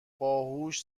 باهوشو